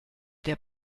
der